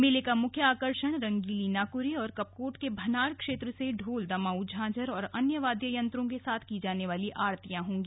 मेले का मुख्य आकर्षण रंगीली नाकुरी और कपकोट के भनार क्षेत्र से ढोल दमाऊ झांझर और अन्य वाद्य यंत्रों के साथ की जाने वाली आरतियां होंगी